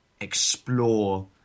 explore